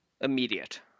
immediate